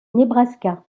nebraska